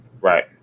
Right